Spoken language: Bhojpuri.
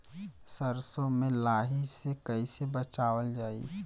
सरसो में लाही से कईसे बचावल जाई?